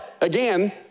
Again